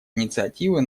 инициативы